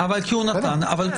כי הוא נתן את